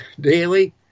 daily